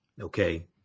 Okay